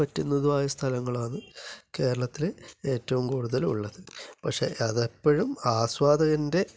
പറ്റുന്നതുമായ സ്ഥലങ്ങളാണ് കേരളത്തില് ഏറ്റവും കൂടുതല് ഉള്ളത് പക്ഷേ അതെപ്പഴും ആസ്വാദകൻ്റെ